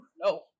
no